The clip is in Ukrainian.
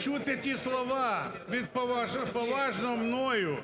чути ці слова від поважного мною